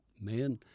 man